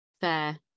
Fair